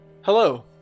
Hello